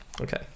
Okay